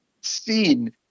seen